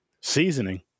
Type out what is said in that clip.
Seasoning